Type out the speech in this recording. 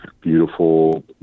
beautiful